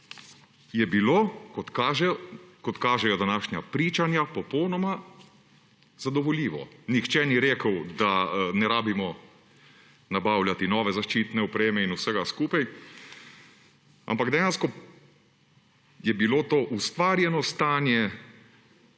je bilo, kot kažejo današnja pričanja, popolnoma zadovoljivo. Nihče ni rekel, da ne rabimo nabavljati nove zaščitne opreme in vsega skupaj, ampak dejansko je bilo to ustvarjeno stanje,